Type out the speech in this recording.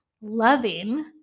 loving